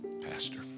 Pastor